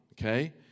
okay